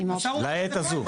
לעת הזו.